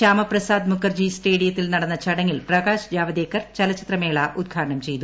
ശ്യമ പ്രസാദ് മുഖർജി സ്റ്റേഡിയത്തിൽ നടന്ന ചടങ്ങിൽ പ്രകാശ് ജാവ്ദേക്കർ ചലച്ചിത്രമേള ഉദ്ഘാടനം ചെയ്തു